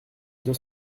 deux